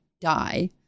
die